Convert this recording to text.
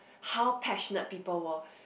how passionate people were